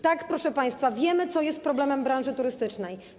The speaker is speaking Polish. Tak, proszę państwa, wiemy, co jest problemem branży turystycznej.